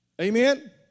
Amen